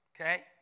okay